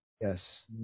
Yes